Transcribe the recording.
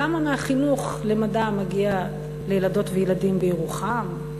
כמה מהחינוך למדע מגיע לילדות ולילדים בירוחם,